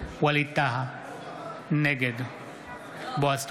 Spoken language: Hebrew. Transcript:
ווליד טאהא, נגד בועז טופורובסקי,